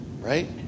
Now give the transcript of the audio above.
right